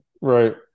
right